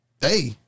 Hey